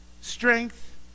strength